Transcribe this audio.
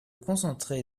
concentré